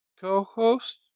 co-host